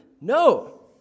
No